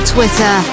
Twitter